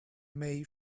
made